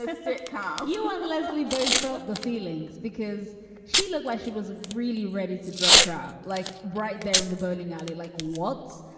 this car you want, leslie both felt the feelings because she looked where she was really ready to drop trial like right there in the bowling alley. like what?